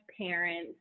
parents